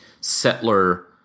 settler